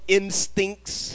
instincts